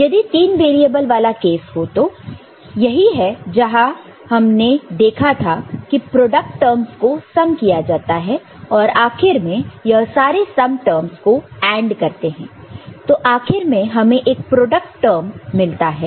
यदि 3 वेरिएबल वाला केस हो तो यही है जहां हमने यह देखा था कि प्रोडक्ट टर्मस को सम किया जाता है और आखिर में यह सारे सम टर्मस को AND करते हैं तो आखिर में हमें एक प्रोडक्ट टर्म मिलता है